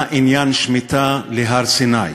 מה עניין שמיטה להר-סיני?